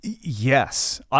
Yes